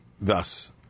thus